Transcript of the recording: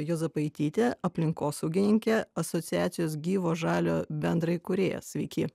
juozapaitytė aplinkosaugininkė asociacijos gyvo žalio bendraįkūrėja sveiki